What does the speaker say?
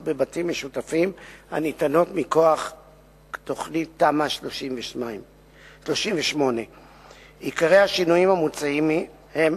בבתים משותפים הניתנות מכוח תמ"א 38. עיקרי השינויים המוצעים הם: